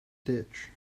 ditch